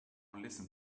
listen